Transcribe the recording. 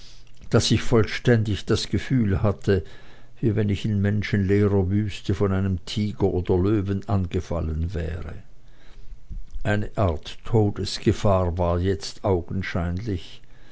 daß ich vollständig das gefühl hatte wie wenn ich in menschenleerer wüste von einem tiger oder löwen angefallen wäre eine art todesgefahr war jetzt augenscheinlich